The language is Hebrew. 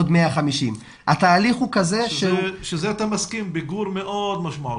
עוד 150. אתה מסכים שזה פיגור מאוד משמעותי.